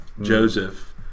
Joseph